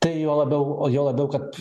tai juo labiau o juo labiau kad